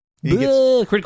critical